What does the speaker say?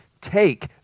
take